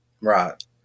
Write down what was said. Right